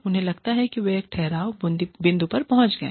उन्हें लगता है कि वे एक ठहराव बिंदु पर पहुंच गए हैं